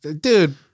Dude